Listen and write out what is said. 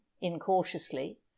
incautiously